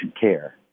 care